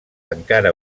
encara